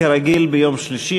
כרגיל ביום שלישי,